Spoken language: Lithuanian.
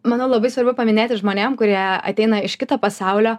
manau labai svarbu paminėti žmonėm kurie ateina iš kito pasaulio